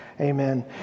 Amen